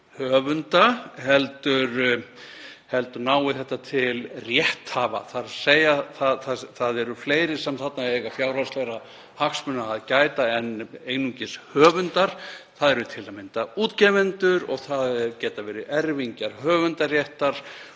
höfunda heldur nái þær einnig til rétthafa. Það eru fleiri sem þarna eiga fjárhagslegra hagsmuna að gæta en einungis höfundar. Það eru til að mynda útgefendur og það geta verið erfingjar höfundaréttar.